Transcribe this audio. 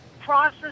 Process